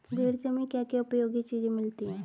भेड़ से हमें क्या क्या उपयोगी चीजें मिलती हैं?